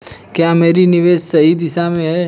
क्या मेरा निवेश सही दिशा में है?